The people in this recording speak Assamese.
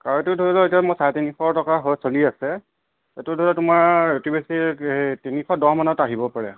কাৱৈটো ধৰি লওক এতিয়া মই চাৰে তিনিশ টকা হয় চলি আছে এইটো ধৰি তোমাৰ অতি বেছি তিনিশ দহ মানত আহিব পাৰে